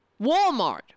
Walmart